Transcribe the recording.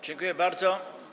Dziękuję bardzo.